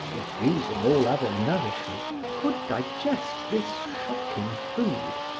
refusing all other nourishment, could digest this shocking food,